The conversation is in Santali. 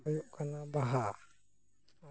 ᱦᱩᱭᱩᱜ ᱠᱟᱱᱟ ᱵᱟᱦᱟ